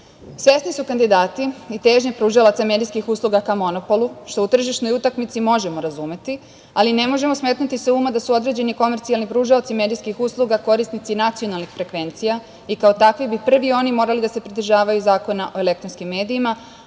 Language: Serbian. end".Svesni su kandidati i težnja pružalaca medijskih usluga ka monopolu, što u tržišnoj utakmici možemo razumeti, ali ne možemo smetnuti sa uma da su određeni komercijalni pružaoci medijskih usluga korisnici nacionalnih frekvencija i kao takvi bi prvi oni morali da se pridržavaju Zakona o elektronskim medijima,